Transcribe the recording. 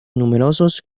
numerosos